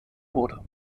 wurde